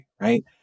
right